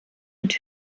mit